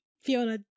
Fiona